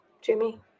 Jimmy